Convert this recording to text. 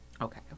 Okay